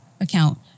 account